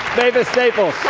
mavis staples.